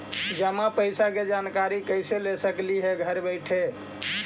जमा पैसे के जानकारी कैसे ले सकली हे घर बैठे?